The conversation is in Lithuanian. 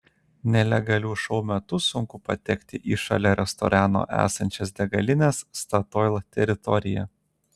nelegalių šou metu sunku patekti į šalia restorano esančios degalinės statoil teritoriją